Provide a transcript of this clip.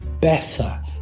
better